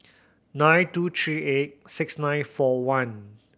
nine two three eight six nine four one